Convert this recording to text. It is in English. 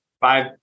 five